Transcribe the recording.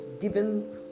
given